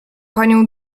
panią